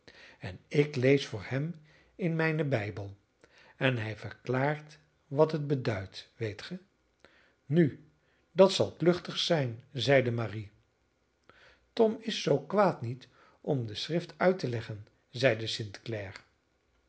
en ik lees voor hem in mijnen bijbel en hij verklaart wat het beduidt weet ge nu dat zal kluchtig zijn zeide marie tom is zoo kwaad niet om de schrift uit te leggen zeide st